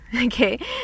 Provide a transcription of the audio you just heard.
Okay